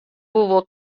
wol